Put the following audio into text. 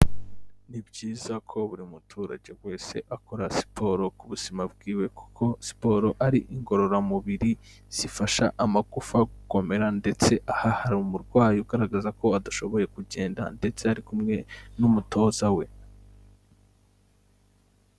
nNi byiza ko buri muturage wese akora siporo ku buzima bwiwe kuko siporo ari ingororamubiri zifasha amagufa gukomera ndetse aha hari umurwayi ugaragaza ko adashoboye kugenda ndetse ari kumwe n'umutoza we.